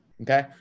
okay